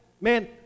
Man